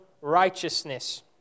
righteousness